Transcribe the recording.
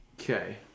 Okay